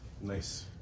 Nice